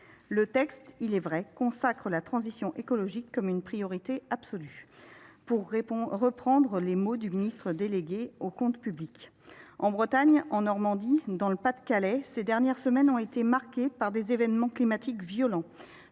Ce texte, il est vrai, « consacre la transition écologique comme une priorité absolue », pour reprendre les mots prononcés par le ministre délégué chargé des comptes publics. En Bretagne, en Normandie et dans le Pas de Calais, ces dernières semaines ont été marquées par des événements climatiques violents.